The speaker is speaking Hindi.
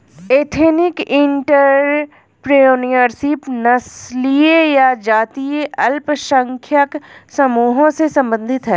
एथनिक एंटरप्रेन्योरशिप नस्लीय या जातीय अल्पसंख्यक समूहों से संबंधित हैं